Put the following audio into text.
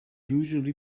usually